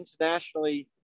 internationally